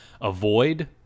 avoid